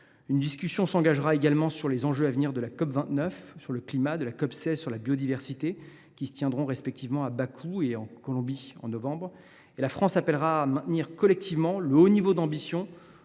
Une discussion s’engagera également sur les enjeux à venir de la COP29 sur le climat et de la COP16 sur la biodiversité, qui se tiendront respectivement à Bakou et en Colombie en novembre. La France appellera à maintenir collectivement le haut niveau d’ambitions